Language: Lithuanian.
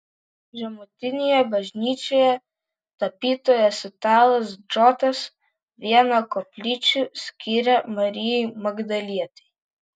žemutinėje bažnyčioje tapytojas italas džotas vieną koplyčių skyrė marijai magdalietei